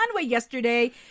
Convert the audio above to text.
yesterday